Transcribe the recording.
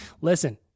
Listen